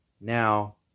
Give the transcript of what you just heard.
Now